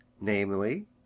namely